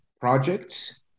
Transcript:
projects